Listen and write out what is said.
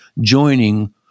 joining